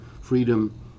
freedom